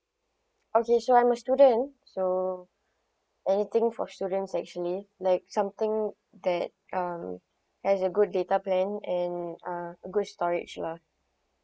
okay sure I'm a student so anything for student actually like something that um has a good data plan and uh good storage lah